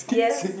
yes